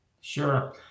Sure